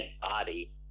body